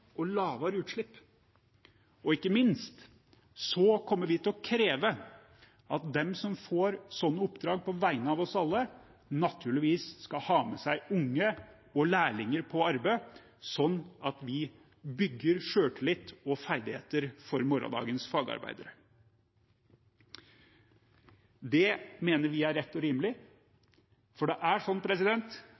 og lavere utslipp. Og ikke minst kommer vi til å kreve at de som får slike oppdrag på vegne av oss alle, naturligvis skal ha med seg unge og lærlinger på arbeid slik at vi bygger selvtillit og ferdigheter for morgendagens fagarbeidere. Det mener vi er rett og rimelig, for det er sånn